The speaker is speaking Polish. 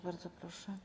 Bardzo proszę.